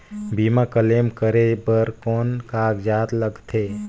बीमा क्लेम करे बर कौन कागजात लगथे?